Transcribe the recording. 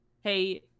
hey